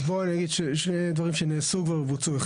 בוא אני אגיד שני דברים שנעשו כבר ובוצעו.